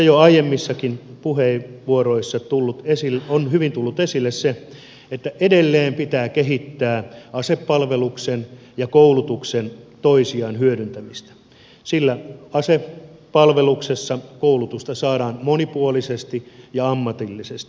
jo aiemmissakin puheenvuoroissa on hyvin tullut esille se että edelleen pitää kehittää asepalveluksessa ja koulutuksessa toistensa hyödyntämistä sillä asepalveluksessa koulutusta saadaan monipuolisesti ja ammatillisesti